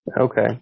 Okay